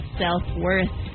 self-worth